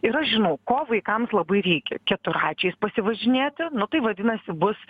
ir aš žinau ko vaikams labai reikia keturračiais pasivažinėti nu tai vadinasi bus